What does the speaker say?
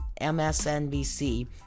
msnbc